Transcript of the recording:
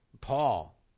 Paul